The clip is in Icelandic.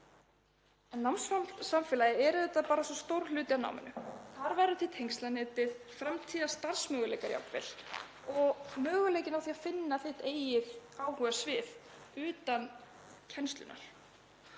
Námssamfélagið er auðvitað bara svo stór hluti af náminu. Þar verður tengslanetið til, framtíðarstarfsmöguleikar jafnvel, og möguleikinn á því að finna sitt eigið áhugasvið utan kennslunnar.